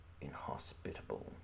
inhospitable